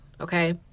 okay